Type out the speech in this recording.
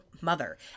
mother